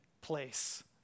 place